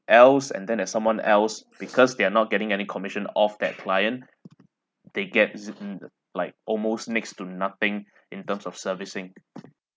else and then that someone else because they're not getting any commission of that client they get ze~ mm like almost next to nothing in terms of servicing